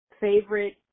favorite